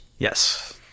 Yes